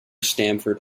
stamford